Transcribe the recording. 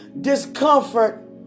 discomfort